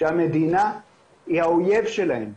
שהמדינה היא האויב שלהם,